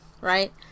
right